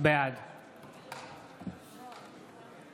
בעד